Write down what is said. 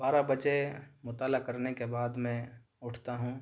بارہ بجے مطالعہ کرنے کے بعد میں اٹھتا ہوں